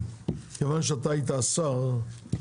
המע"מ שרשום סתם רשום.